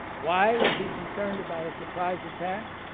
why was he concerned about a surprise attack?